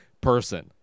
person